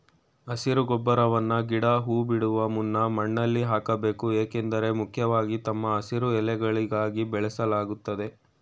ಹಸಿರು ಗೊಬ್ಬರವನ್ನ ಗಿಡ ಹೂ ಬಿಡುವ ಮುನ್ನ ಮಣ್ಣಲ್ಲಿ ಹಾಕ್ಬೇಕು ಏಕೆಂದ್ರೆ ಮುಖ್ಯವಾಗಿ ತಮ್ಮ ಹಸಿರು ಎಲೆಗಳಿಗಾಗಿ ಬೆಳೆಸಲಾಗ್ತದೆ